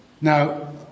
Now